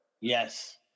Yes